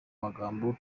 magambo